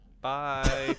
Bye